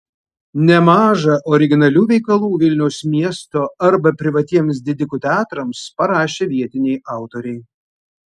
nemaža originalių veikalų vilniaus miesto arba privatiems didikų teatrams parašė vietiniai autoriai